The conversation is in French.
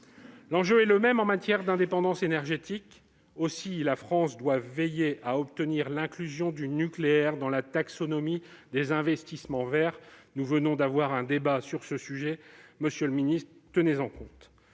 L'enjeu est le même en matière d'indépendance énergétique. Aussi la France doit-elle veiller à obtenir l'inclusion du nucléaire dans la taxonomie des investissements verts. Nous venons d'avoir un débat sur ce sujet. Tenez-en compte,